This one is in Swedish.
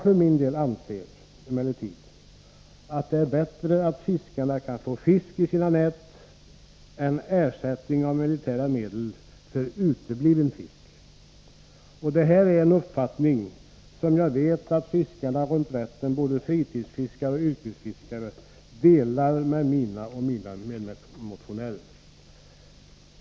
För min del anser jag emellertid att det är bättre att fiskarna kan få fisk i sina nät än ersättning av militära medel för utebliven fisk. Detta är en uppfattning som jag vet att både fritidsfiskare och yrkesfiskare runt Vättern delar med mig och mina medmotionärer.